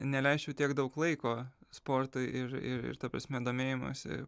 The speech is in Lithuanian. neleisčiau tiek daug laiko sportui ir ir ta prasme domėjimosi